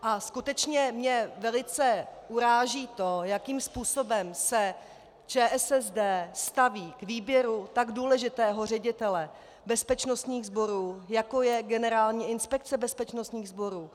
A skutečně mě velice uráží to, jakým způsobem se ČSSD staví k výběru tak důležitého ředitele bezpečnostních sborů, jako je Generální inspekce bezpečnostních sborů.